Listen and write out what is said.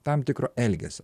tam tikro elgesio